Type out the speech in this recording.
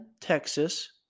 Texas